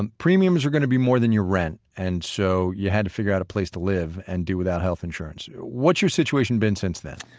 um premiums are going to be more than your rent. and so you had to figure out a place to live and do without health insurance. what's your situation been since then?